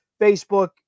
Facebook